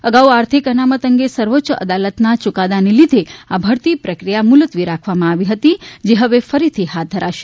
અગાઉ આર્થિક અનામત અંગે સર્વોચ્ય અદાલત ના યુકાદા ને લીધે આ ભરતી પ્રક્રિયા મુલતવી રાખવામા આવી હતી જે હવે ફરીથી હાથ ધરાશે